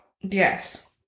Yes